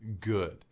good